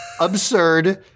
absurd